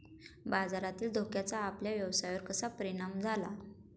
बाजारातील धोक्याचा आपल्या व्यवसायावर कसा परिणाम झाला?